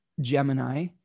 Gemini